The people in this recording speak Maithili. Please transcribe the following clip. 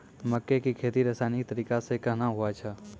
मक्के की खेती रसायनिक तरीका से कहना हुआ छ?